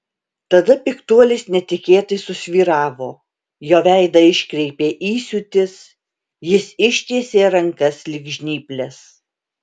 tada piktuolis netikėtai susvyravo jo veidą iškreipė įsiūtis jis ištiesė rankas lyg žnyples